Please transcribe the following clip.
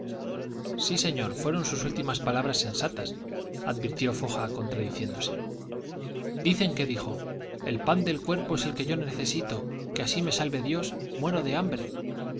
sí señor fueron sus últimas palabras sensatas advirtió foja contradiciéndose dicen que dijo el pan del cuerpo es el que yo necesito que así me salve dios muero de hambre